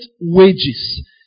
wages